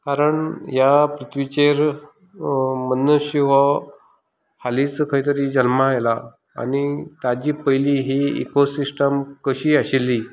कारण ह्या पृथ्वीचेर मनूश्य हो हालींच खंयतरी जल्मा आयला आनी ताजी पयली ही इकोसिस्टम कशी आशिल्ली